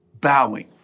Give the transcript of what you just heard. bowing